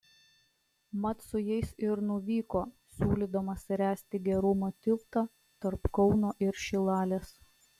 mat su jais ir nuvyko siūlydamas ręsti gerumo tiltą tarp kauno ir šilalės